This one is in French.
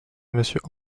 monsieur